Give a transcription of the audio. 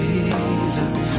Jesus